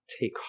Take